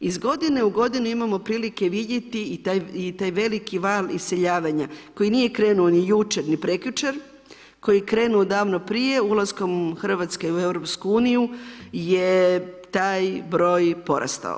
Iz godine u godinu imamo prilike vidjeti i taj veliki val iseljavanja koji nije krenuo ni jučer ni prekjučer, koji je krenuo davno prije, ulaskom Hrvatske u EU je taj broj porastao.